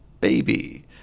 baby